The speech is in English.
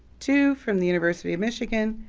two from the university of michigan,